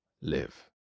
live